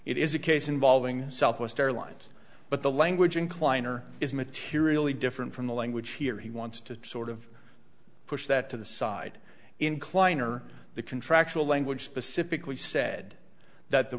it is a case involving southwest airlines but the language in kleiner is materially different from the language here he wants to sort of push that to the side incline or the contractual language specifically said that the